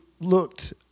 looked